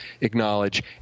acknowledge